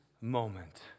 moment